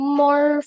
more